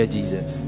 Jesus